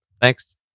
Thanks